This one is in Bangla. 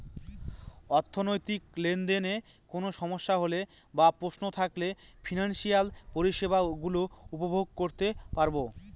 অর্থনৈতিক লেনদেনে কোন সমস্যা হলে বা প্রশ্ন থাকলে ফিনান্সিয়াল পরিষেবা গুলো উপভোগ করতে পারবো